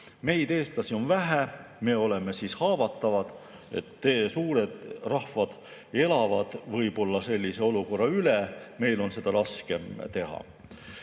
Meid, eestlasi, on vähe, me oleme haavatavad. Suured rahvad elavad võib-olla sellise olukorra üle, meil on seda raskem teha.